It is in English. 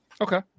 Okay